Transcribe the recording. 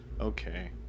Okay